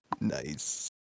Nice